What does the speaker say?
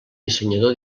dissenyador